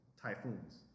typhoons